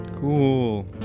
Cool